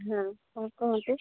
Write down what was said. ହଁ କ'ଣ କୁହନ୍ତୁ